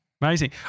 Amazing